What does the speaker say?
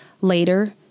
Later